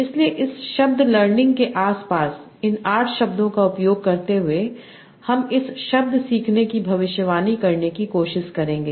इसलिए इस शब्द लर्निंग के आसपास इन 8 शब्दों का उपयोग करते हुए हम इस शब्द सीखने की भविष्यवाणी करने की कोशिश करेंगे